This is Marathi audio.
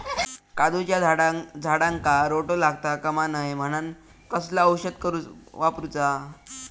काजूच्या झाडांका रोटो लागता कमा नये म्हनान कसला औषध वापरूचा?